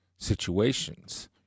situations